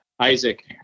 Isaac